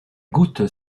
goutte